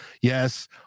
Yes